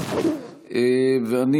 נעבור להצעות לסדר-היום בנושא: ציון יום הסביבה,